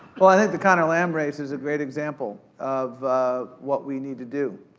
well i think the connor lamb race is a great example of what we need to do.